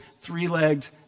three-legged